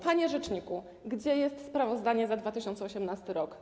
Panie rzeczniku: Gdzie jest sprawozdanie za 2018 r.